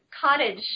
cottage